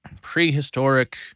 prehistoric